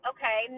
Okay